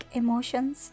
emotions